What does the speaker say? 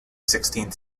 sixteenth